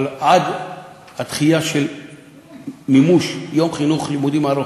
אבל עד הדחייה של מימוש יום חינוך ארוך